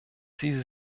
sie